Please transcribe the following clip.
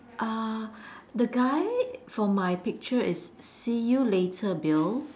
uh the guy for my picture is see you later Bill